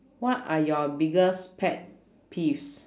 what are your biggest pet peeves